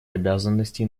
обязанностей